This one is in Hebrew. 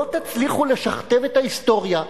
לא תצליחו לשכתב את ההיסטוריה,